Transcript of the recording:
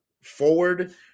forward